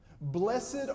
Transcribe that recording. Blessed